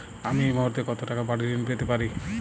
আমি এই মুহূর্তে কত টাকা বাড়ীর ঋণ পেতে পারি?